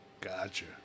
Gotcha